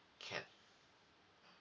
can